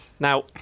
Now